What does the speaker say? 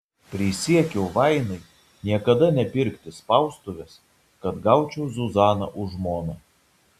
prisiekiau vainai niekada nepirkti spaustuvės kad gaučiau zuzaną už žmoną